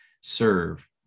serve